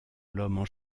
l’homme